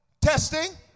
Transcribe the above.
Testing